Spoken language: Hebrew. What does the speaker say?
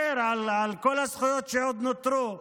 על כל הזכויות שעוד נותרו לאזרחים.